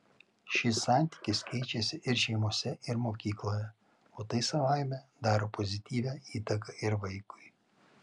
šis santykis keičiasi ir šeimose ir mokykloje o tai savaime daro pozityvią įtaką ir vaikui